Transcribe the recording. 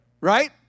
right